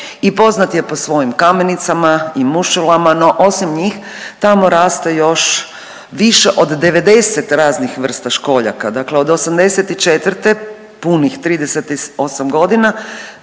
i poznat je po svojim kamenicama i mušulama, no osim njih tamo raste još više od 90 raznih vrsta školjaka, dakle od '84., punih 38.g.